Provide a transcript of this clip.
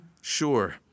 sure